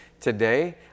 today